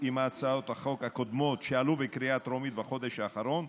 עם הצעות החוק הקודמות שעלו בקריאה טרומית בחודש האחרון.